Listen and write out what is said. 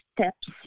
steps